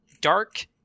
Dark